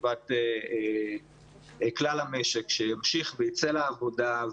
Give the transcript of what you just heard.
לטובת כלל המשק שימשיך וייצא לעבודה,